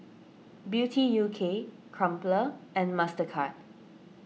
Beauty U K Crumpler and Mastercard